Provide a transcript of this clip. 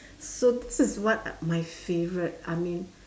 so this is what my favourite I mean